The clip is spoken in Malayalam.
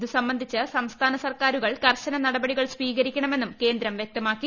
ഇത് സംബന്ധിച്ച് സംസ്ഥാനസർക്കാരുകൾ കർശന നടപടികൾ സ്വീകരിക്കണ്മെന്നും കേന്ദ്രം വൃക്തമാക്കി